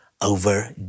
over